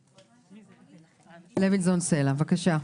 בבקשה.